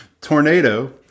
tornado